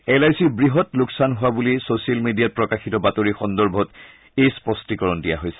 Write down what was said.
L I চিৰ বৃহৎ লোকচান হোৱা বুলি ছ'চিয়েল মিডিয়াত প্ৰকাশিত বাতৰি সন্দৰ্ভত এই স্পষ্টীকৰণ দিয়া হৈছে